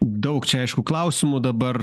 daug čia aišku klausimų dabar